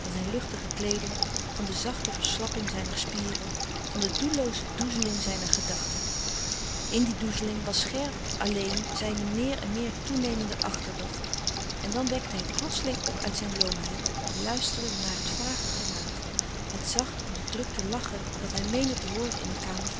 zijn luchtige kleeding van de zachte verslapping zijner spieren van de doellooze doezeling zijner gedachten in die doezeling was scherp alleen zijne meer en meer toenemende achterdocht en dan wekte hij plotseling op uit zijn loomheid en luisterde naar het vage geluid het zacht onderdrukte lachen dat hij meende te hooren in de kamer